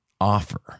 offer